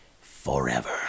forever